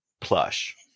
plush